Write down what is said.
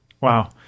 Wow